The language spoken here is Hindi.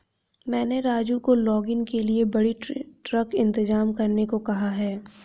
मैंने राजू से लॉगिंग के लिए बड़ी ट्रक इंतजाम करने को कहा है